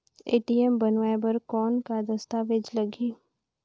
ATM बनवाय बर कौन का दस्तावेज लगही?